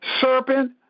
Serpent